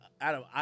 Adam